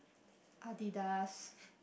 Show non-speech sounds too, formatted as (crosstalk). Adidas (breath)